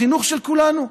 בחינוך של כולנו,